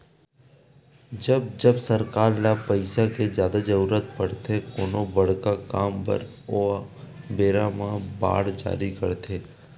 जब जब सरकार ल पइसा के जादा जरुरत पड़थे कोनो बड़का काम बर ओ बेरा म बांड जारी करथे